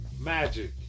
magic